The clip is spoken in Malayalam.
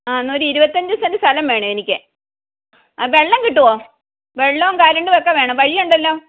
ആ എന്നാ ഒരു ഇരുപത്തഞ്ച് സെൻ്റ് സ്ഥലം വേണം എനിക്ക് വെള്ളം കിട്ടുമോ വെള്ളവും കരണ്ട് ഒക്കെ വേണം വഴി ഉണ്ടല്ലോ